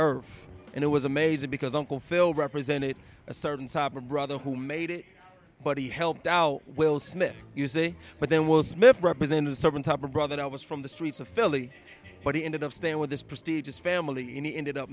earth and it was amazing because uncle phil represented a certain type of brother who made it but he helped out will smith you say but then will smith represent a certain type of brother i was from the streets of philly but he ended up staying with this prestigious family you know ended up